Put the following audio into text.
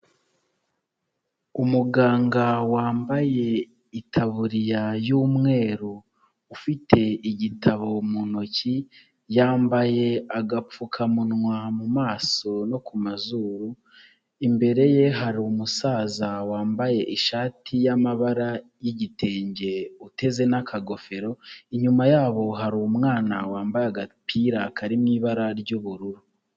Umuganga wambaye itaburiya y'umweru ufite igitabo mu ntoki, yambaye agapfukamunwa mu maso no ku mazuru, imbere ye hari umusaza wambaye ishati y'amabara y'igitenge uteze n'akagofero inyuma yabo hari umwana wambaye agapira kari mu ibara ry'ubururu.